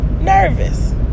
nervous